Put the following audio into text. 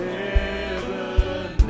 heaven